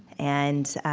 and,